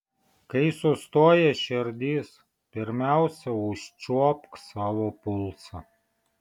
kai sustoja širdis pirmiausia užčiuopk savo pulsą